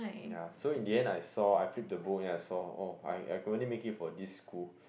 ya so in the end I saw I flip the book then I saw oh I I could only make it for this school